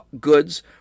goods